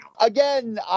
Again